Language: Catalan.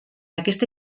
aquesta